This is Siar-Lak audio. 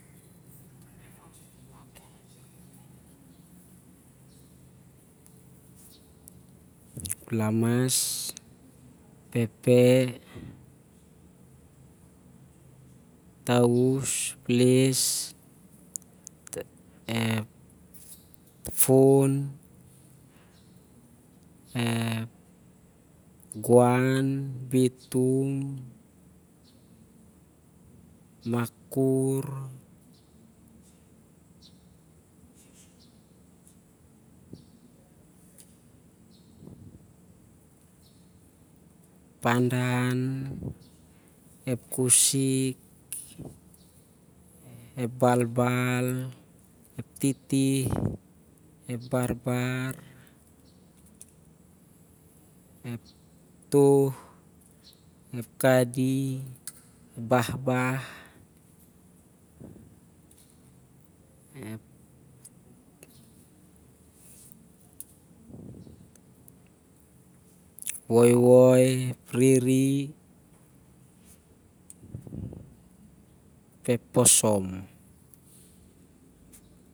Ep lamas, ep pepe, ep taus, ep les, ep fun, ep fun, ep guan, ep bitum, ep makur, ep andan, ep kusik, ep balbal, ep titih, ep barbar, ep toh, ep kadih, ep bahbah, ep wolwol, ep riri, ap ep posom.